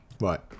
Right